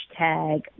Hashtag